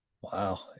Wow